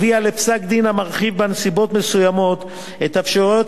הביאה לפסק-דין המרחיב בנסיבות מסוימות את אפשרויות